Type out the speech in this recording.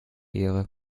ehre